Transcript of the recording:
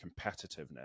competitiveness